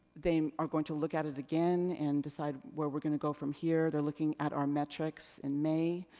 they are going to look at it again and decide where we're gonna go from here. they're looking at our metrics in may.